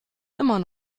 immer